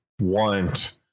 want